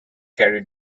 carry